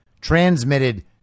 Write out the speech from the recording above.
transmitted